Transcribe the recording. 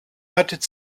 united